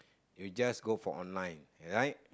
you just go for online right